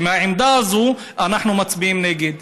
ומהעמדה הזאת אנחנו מצביעים נגד,